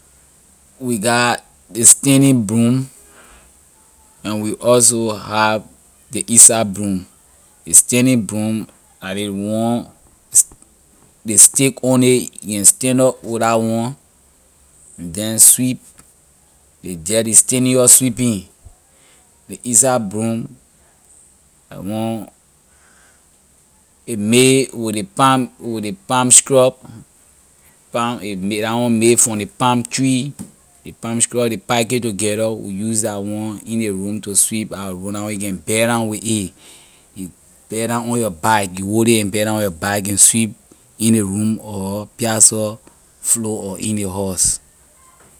We got ley standing broom and we also have ley inside broom ley standing broom la ley one st- ley stick on it you can stand up with la one you then sweep ley dirt you standing up sweeping ley inside broom ley one a made with ley palm with ley straw palm a made la one made from ley palm tree ley palm straw ley park it together we use la one in ley room to sweep our room na where you can bend down with a you bend down on your back you hold it and bend down on your back and sweep in ley room or piasor floor or in ley house.